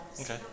Okay